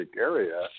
area